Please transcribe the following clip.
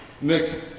Nick